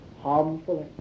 harmfully